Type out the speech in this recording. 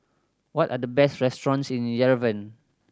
what are the best restaurants in Yerevan